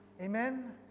Amen